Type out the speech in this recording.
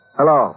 Hello